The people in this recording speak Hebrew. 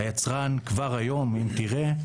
היצרן, כבר היום אם תראה,